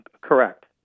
Correct